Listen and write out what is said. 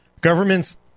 Governments